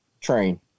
train